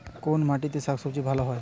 কোন মাটিতে শাকসবজী ভালো চাষ হয়?